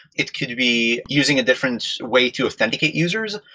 it could be using a different way to authenticate users.